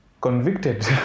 convicted